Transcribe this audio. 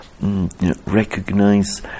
recognize